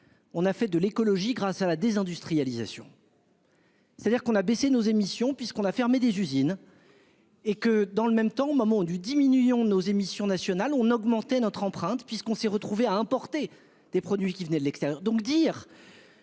on a fait de l'écologie grâce à la désindustrialisation. C'est-à-dire qu'on a baissé nos émissions puisqu'on a fermé des usines. Et que dans le même temps, au moment du diminuons nos émissions nationales on augmenter notre empreinte puisqu'on s'est retrouvés à importer des produits qui venaient de l'extérieur